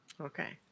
Okay